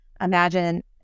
imagine